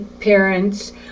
parents